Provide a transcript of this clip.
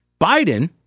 Biden